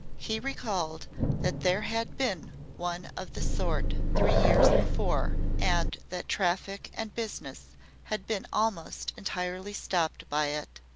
he recalled that there had been one of the sort three years before, and that traffic and business had been almost entirely stopped by it,